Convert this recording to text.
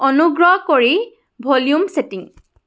অনুগ্ৰহ কৰি volume setting